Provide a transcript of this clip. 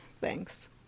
Thanks